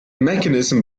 mechanism